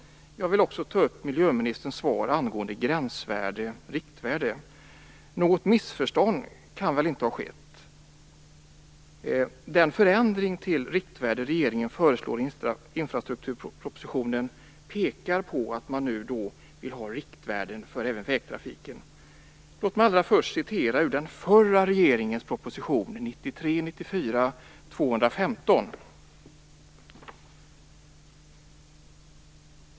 Jag vill också ta upp miljöministerns svar angående gränsvärden och riktvärden. Något missförstånd kan väl inte ha skett? Den förändring till riktvärde som regeringen föreslår i infrastrukturpropositionen pekar på att man vill ha riktvärden även för vägtrafiken. Låt mig först läsa ur den förra regeringens proposition 1993/94:215.